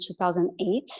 2008